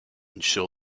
ensure